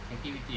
activity eh